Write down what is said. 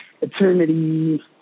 Eternity